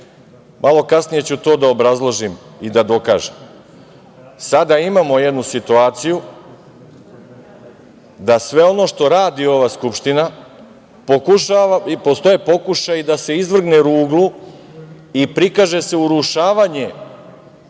Malo kasnije ću to da obrazložim i da dokažem. Sada imamo jednu situaciju da sve ono što radi ova Skupština postoje pokušaji da se izvrne ruglu i prikaže se urušavanje